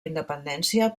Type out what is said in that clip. independència